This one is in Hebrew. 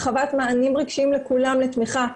הרחבת מענים רגשיים לכולם לתמיכה,